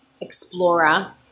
explorer